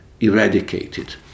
eradicated